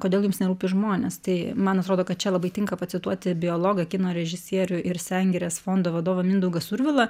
kodėl jums nerūpi žmonės tai man atrodo kad čia labai tinka pacituoti biologą kino režisierių ir sengirės fondo vadovą mindaugą survilą